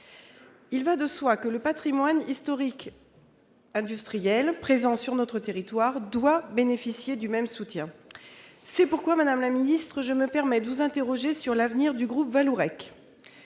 Il va de soi que le patrimoine industriel historique présent sur notre territoire doit bénéficier du même soutien. C'est pourquoi, madame la secrétaire d'État, je me permets de vous interroger sur l'avenir du groupe Vallourec.